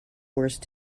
worse